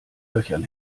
löchern